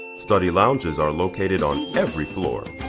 study loungess are located on every floor.